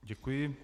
Děkuji.